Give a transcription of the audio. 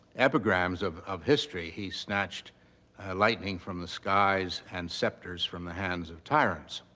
epigrams of of history. he snatched lightning from the skies and scepters from the hands of tyrants.